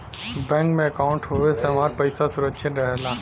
bank में अंकाउट होये से हमार पइसा सुरक्षित रहला